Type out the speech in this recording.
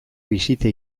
bisita